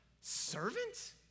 servant